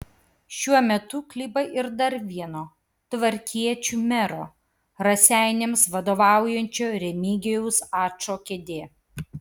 šiuo metu kliba ir dar vieno tvarkiečių mero raseiniams vadovaujančio remigijaus ačo kėdė